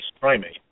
primate